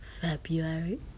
February